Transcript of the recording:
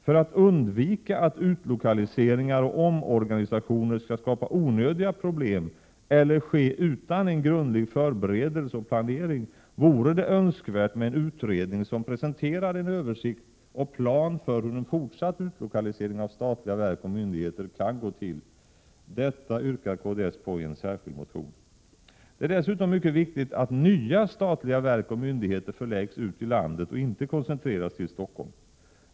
För att undvika att utlokaliseringar och omorganisationer skall skapa onödiga problem eller ske utan en grundlig förberedelse och planering, vore det önskvärt med en utredning som presenterade en översikt och en plan för hur en fortsatt utlokalisering av statliga verk och myndigheter kan gå till. Detta yrkar kds i en särskild motion. Det är dessutom mycket viktigt att nya statliga verk och myndigheter förläggs ut i landet och inte koncentreras till Stockholm.